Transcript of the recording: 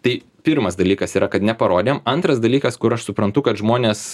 tai pirmas dalykas yra kad neparodėm antras dalykas kur aš suprantu kad žmonės